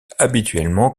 habituellement